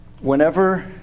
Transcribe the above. Whenever